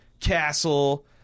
castle